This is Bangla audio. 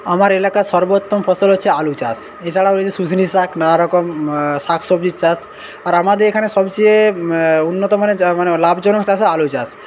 আমার এলাকার সর্বোত্তম ফসল হচ্ছে আলু চাষ এছাড়া রয়েছে শুষনি শাক নানারকম শাক সবজি চাষ আর আমাদের এখানে সবচেয়ে উন্নতমানের মানে লাভজনক চাষ হচ্ছে আলু চাষ